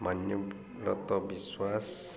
Manyabrata Biswas